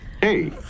Hey